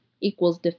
equals